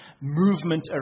movement